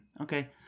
okay